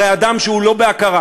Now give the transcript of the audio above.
הרי אדם שהוא לא בהכרה,